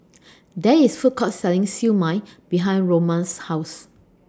There IS A Food Court Selling Siew Mai behind Roma's House